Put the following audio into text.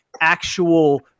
actual